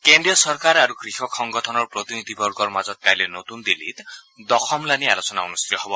কেন্দ্ৰীয় চৰকাৰ আৰু কৃষক সংগঠনৰ প্ৰতিনিধিবৰ্গৰ মাজত কাইলৈ নতুন দিল্লীত দশমলানি আলোচনা অনুষ্ঠিত হ'ব